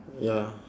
ya